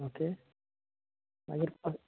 okay आनी एक